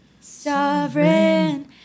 sovereign